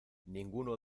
ninguno